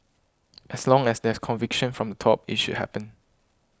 as long as there's conviction from the top it should happen